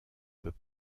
peut